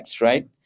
right